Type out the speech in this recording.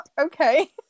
Okay